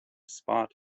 spot